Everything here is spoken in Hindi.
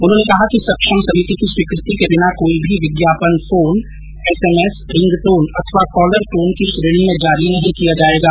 उन्होंने कहा कि सक्षम समिति की स्वीकृति के बिना कोई भी विज्ञापन फोन एसएमएस रिंगटोन अथवा कॉलर टोन की श्रेणी में जारी नहीं किया जाएगा